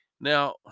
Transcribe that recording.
Now